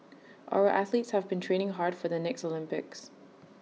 our athletes have been training hard for the next Olympics